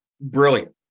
brilliant